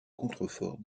contreforts